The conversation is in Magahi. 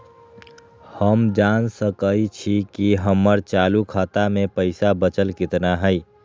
हम जान सकई छी कि हमर चालू खाता में पइसा बचल कितना हई